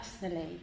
personally